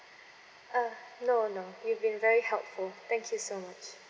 uh no no you've been very helpful thank you so much